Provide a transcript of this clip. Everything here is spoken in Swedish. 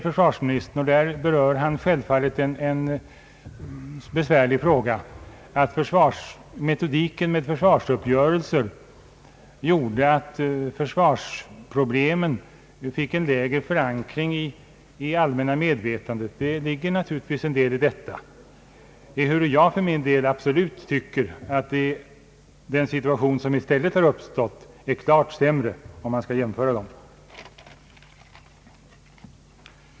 Försvarsministern berör en besvärlig fråga när han säger att metodiken med försvarsuppgörelser gjorde att försvarsproblemen fick en svagare förankring i allmänna medvetandet. Naturligtvis ligger det en del i detta, ehuru jag för min del absolut tycker att den situation som i stället har uppstått är klart sämre, om man skall jämföra dem.